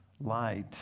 light